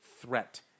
threat